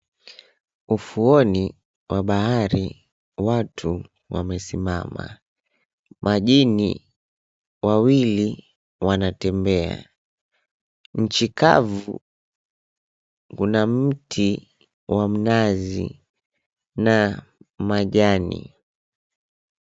Ufuoni wa bahari watu wamesimama. Majini wawili wanatembea. Nchi kavu kuna mti wa mnazi na majani.